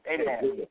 Amen